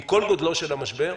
עם כל גודל המשבר,